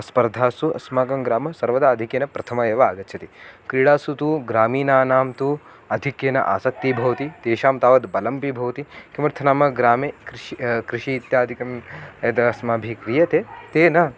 स्पर्धासु अस्माकं ग्रामः सर्वदा आधिक्येन प्रथमः एव आगच्छति क्रीडासु तु ग्रामीणानां तु आधिक्येन आसक्तिः भवति तेषां तावद् बलमपि भवति किमर्थ नाम ग्रामे कृषिः कृषि इत्यादिकं यद् अस्माभिः क्रियते तेन